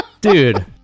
Dude